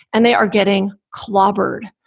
and they are getting clobbered.